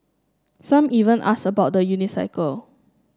some even ask about the unicycle